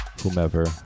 Whomever